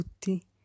tutti